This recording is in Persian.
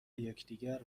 یکدیگر